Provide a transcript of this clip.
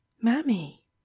mammy